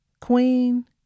Queen